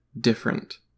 different